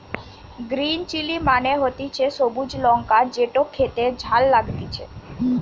green chilli মানে হতিছে সবুজ লঙ্কা যেটো খেতে ঝাল লাগতিছে